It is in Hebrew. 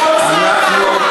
לא הכנסת פסלה את כהנא.